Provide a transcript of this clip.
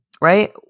right